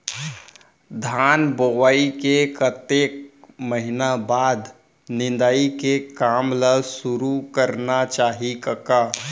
धान बोवई के कतेक महिना बाद निंदाई के काम ल सुरू करना चाही कका?